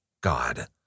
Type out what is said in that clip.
God